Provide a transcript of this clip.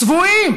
צבועים.